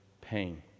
pain